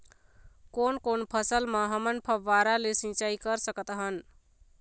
कोन कोन फसल म हमन फव्वारा ले सिचाई कर सकत हन?